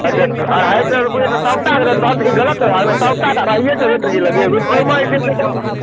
अच्छा अच्छा अढ़ाइ सए रुपैआ तऽ सभटाके रेट तहन तऽ ई गलत भए गेलै सभटाके अढ़ाइये सए रेट जे लगेबै तऽ ओइमे जे छै से तऽ